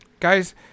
Guys